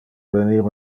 venir